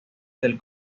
del